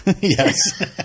Yes